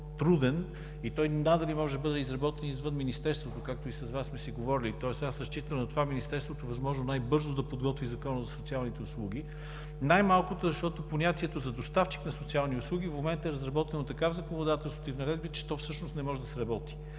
по-труден и той надали може да бъде изработен извън Министерството, както и с Вас сме си говорили. Тоест, аз разчитам на това Министерството възможно най-бързо да подготви Закона за социалните услуги най-малкото, защото понятието за доставчик на социални услуги в момента е разработено така в законодателството и в наредбите, че то всъщност не може да сработи,